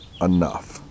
enough